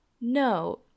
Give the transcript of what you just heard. no